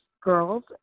girls